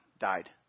died